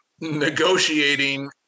negotiating